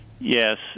Yes